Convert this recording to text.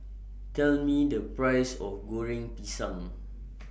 Tell Me The Price of Goreng Pisang